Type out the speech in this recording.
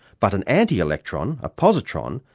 but an anti-electron, a positron,